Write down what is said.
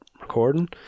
recording